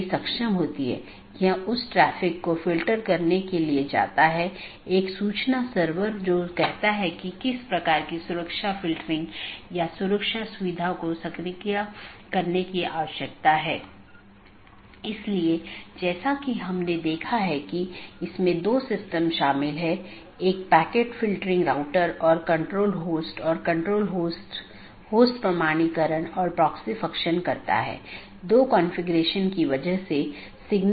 इसलिए पथ का वर्णन करने और उसका मूल्यांकन करने के लिए कई पथ विशेषताओं का उपयोग किया जाता है और राउटिंग कि जानकारी तथा पथ विशेषताएं साथियों के साथ आदान प्रदान करते हैं इसलिए जब कोई BGP राउटर किसी मार्ग की सलाह देता है तो वह मार्ग विशेषताओं को किसी सहकर्मी को विज्ञापन देने से पहले संशोधित करता है